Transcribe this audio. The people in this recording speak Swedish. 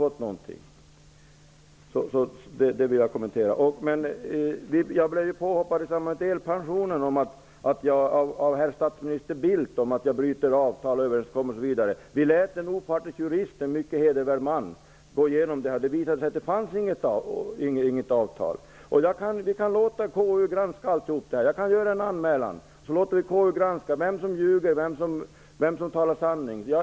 Jag blev påhoppad av herr statsminister Bildt i fråga om delpensionen, därför att jag skulle ha brutit avtal och överenskommelser. Vi lät en opartisk jurist, en mycket hedervärd man, gå igenom det här, och det visade sig att det inte fanns något avtal. Vi kan låta KU granska alltihop. Jag kan göra en anmälan, och så får KU avgöra vem som ljuger och vem som talar sanning.